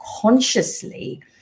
consciously